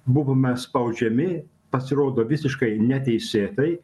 buvome spaudžiami pasirodo visiškai neteisėtai